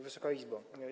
Wysoka Izbo!